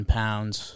pounds